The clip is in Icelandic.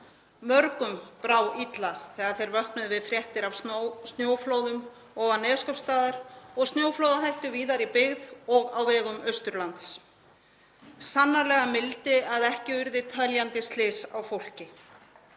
Mörgum brá illa þegar þeir vöknuðu við fréttir af snjóflóðum ofan Neskaupstaðar og snjóflóðahættu víðar í byggð og á vegum Austurlands. Það var sannarlega mildi að ekki urðu teljandi slys á fólki.